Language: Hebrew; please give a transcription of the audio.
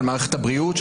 של מערכת הבריאות,